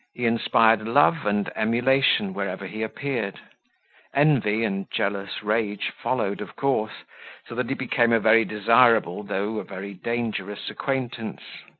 inspired love and emulation wherever he appeared envy and jealous rage followed of course so that he became a very desirable, though a very dangerous acquaintance.